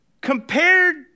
Compared